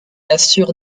assure